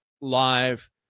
live